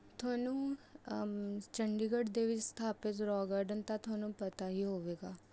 ਤੁਹਾਨੂੰ ਚੰਡੀਗੜ੍ਹ ਦੇ ਵਿੱਚ ਸਥਾਪਿਤ ਰੋਕ ਗਾਰਡਨ ਤਾਂ ਤੁਹਾਨੂੰ ਪਤਾ ਹੀ ਹੋਵੇਗਾ